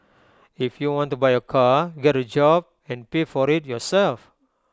if you want to buy A car get A job and pay for IT yourself